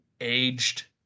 aged